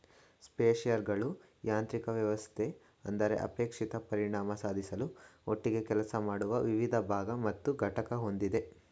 ಸ್ಪ್ರೇಯರ್ಗಳು ಯಾಂತ್ರಿಕ ವ್ಯವಸ್ಥೆ ಅಂದರೆ ಅಪೇಕ್ಷಿತ ಪರಿಣಾಮ ಸಾಧಿಸಲು ಒಟ್ಟಿಗೆ ಕೆಲಸ ಮಾಡುವ ವಿವಿಧ ಭಾಗ ಮತ್ತು ಘಟಕ ಹೊಂದಿದೆ